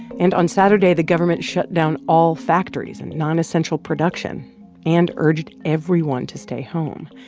and on saturday, the government shut down all factories and nonessential production and urged everyone to stay home.